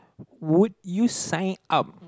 would you sign up